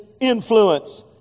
influence